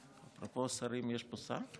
אפרופו שרים, יש פה שר?